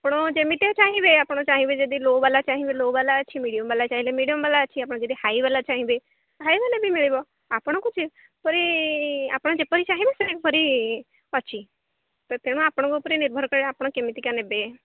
ଆପଣ ଯେମିତି ଚାହିଁବେ ଆପଣ ଚାହିଁବେ ଯଦି ଲୋ ବାଲା ଚାହିଁବେ ଲୋ ବାଲା ଅଛି ମିଡ଼ିୟମ୍ ବାଲା ଚାହିଁଲେ ମିଡ଼ିୟମ୍ ବାଲା ଅଛି ଆପଣ ଯଦି ହାଇ ବାଲା ଚାହିଁବେ ହାଇ ବାଲା ବି ମିଳିବ ଆପଣଙ୍କୁ ପରି ଆପଣ ଯେପରି ଚାହିଁବେ ସେପରି ଅଛି ତ ତେଣୁ ଆପଣଙ୍କ ଉପରେ ନିର୍ଭର କରେ ଆପଣ କେମିତିକା ନେବେ